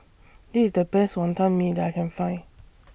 This IS The Best Wonton Mee that I Can Find